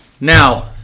Now